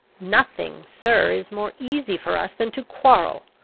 nothing, sir, is more easy for us than to quarrel.